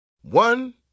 One